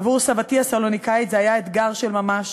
עבור סבתי הסלוניקאית זה היה אתגר של ממש